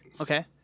Okay